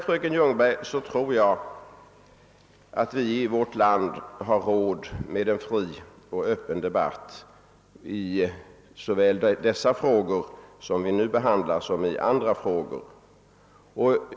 Fröken Ljungberg, jag tror att vi i vårt land har råd med en fri och öppen debatt i såväl dessa frågor som vi nu behandlar som i andra frågor.